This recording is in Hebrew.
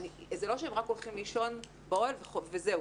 זה לא רק שהם הולכים לישון באוהל וזהו,